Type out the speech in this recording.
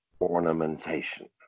ornamentation